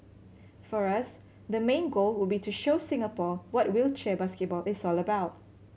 for us the main goal would be to show Singapore what wheelchair basketball is all about